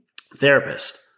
therapist